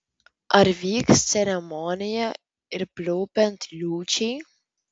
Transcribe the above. ar vyks ceremonija ir pliaupiant liūčiai